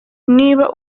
niba